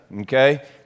okay